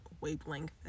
wavelength